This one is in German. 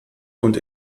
und